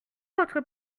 votre